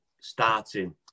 starting